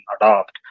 adopt